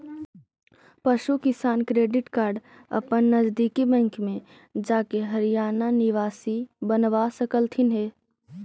पशु किसान credit card अपन नजदीकी बैंक में जाके हरियाणा निवासी बनवा सकलथीन हे